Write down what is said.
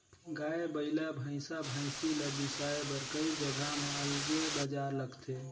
गाय, बइला, भइसा, भइसी ल बिसाए बर कइ जघा म अलगे बजार लगथे